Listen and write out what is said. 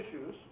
issues